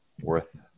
worth